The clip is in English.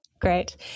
great